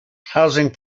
housing